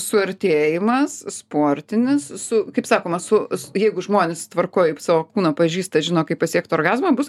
suartėjimas sportinis su kaip sakoma su jeigu žmonės tvarkoj savo kūną pažįsta žino kaip pasiekt orgazmą bus